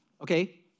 Okay